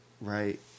right